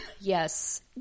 Yes